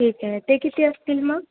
ठीक आहे ते किती असतील मग